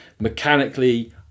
mechanically